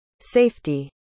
safety